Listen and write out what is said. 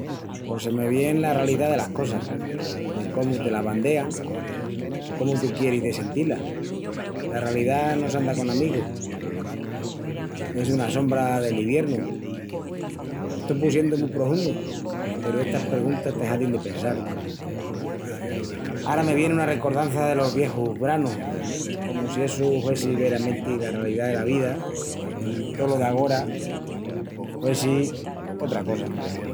Pos se me vien la ralidá delas cosas, de cómu te la bandean o comu tú quieris de sentí-la. La ralidá no s'anda con amigus, es una sombra del iviernu. M'estó pusiendu mu prohundu peru estas perguntas te hazin de pensal. Ara me vien una recordança delos viejus branus, comu si essu huessi veramenti la ralidá dela vida i tolo d'agora huessi sotra cosa.